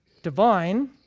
divine